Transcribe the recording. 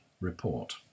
report